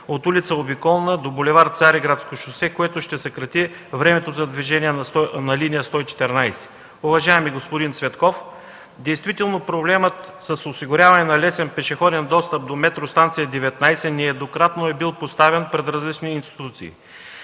от ул. „Обиколна” до бул. „Цариградско шосе”, което ще съкрати времето за движение на линия 114. Уважаеми господин Цветков, действително проблемът с осигуряване на лесен пешеходен достъп до Метростанция 19 нееднократно е бил поставян пред различни институции.